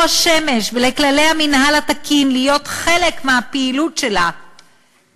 השמש ולכללי המינהל התקין להיות חלק מהפעילות שלה,